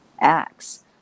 acts